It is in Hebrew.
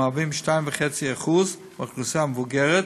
המהווים 2.5% מהאוכלוסייה המבוגרת,